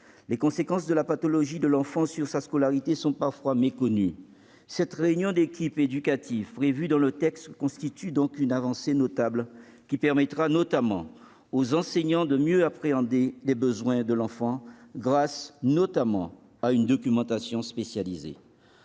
Les conséquences de la pathologie de l'enfant sur sa scolarité étant parfois méconnues, la réunion de l'équipe éducative prévue dans le texte constitue une avancée notable : elle permettra notamment aux enseignants de mieux appréhender les besoins de l'enfant, grâce également à une documentation spécialisée.